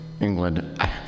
England